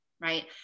Right